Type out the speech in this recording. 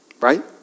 right